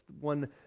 one